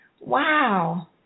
Wow